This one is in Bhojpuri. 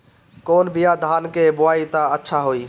कौन बिया धान के बोआई त अच्छा होई?